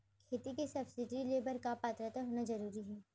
खेती के सब्सिडी लेहे बर का पात्रता होना जरूरी हे?